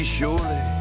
surely